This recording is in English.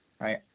right